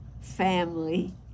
family